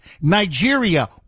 Nigeria